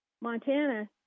Montana